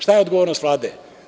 Šta je odgovornost Vlade?